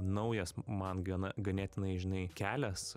naujas man gana ganėtinai žinai kelias